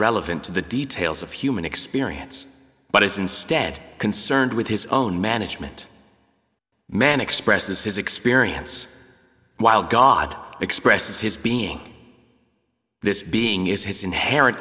relevant to the details of human experience but is instead concerned with his own management man expresses his experience while god expresses his being this being is his inherent